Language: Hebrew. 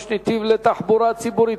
95) (נתיב לתחבורה ציבורית),